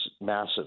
massive